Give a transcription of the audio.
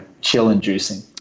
chill-inducing